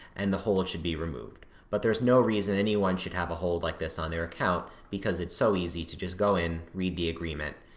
and the hold should be removed. but there's no reason anyone should have a hold like this on their account, because it's so easy to just go in, read the agreement,